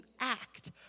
act